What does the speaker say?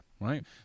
right